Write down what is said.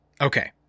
Okay